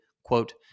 Quote